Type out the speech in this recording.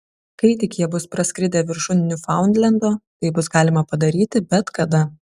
kai tik jie bus praskridę viršum niufaundlendo tai bus galima padaryti bet kada